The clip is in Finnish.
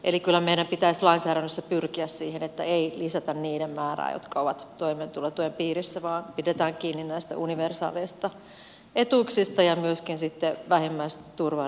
kyllä meidän pitäisi lainsäädännössä pyrkiä siihen että ei lisätä niiden määrää jotka ovat toimeentulotuen piirissä vaan pidetään kiinni näistä universaaleista etuuksista ja myöskin sitten vähimmäisturvan riittävyydestä